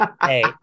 Hey